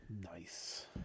Nice